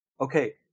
okay